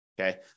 Okay